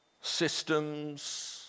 systems